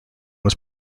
was